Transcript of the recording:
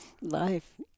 life